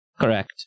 Correct